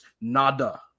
nada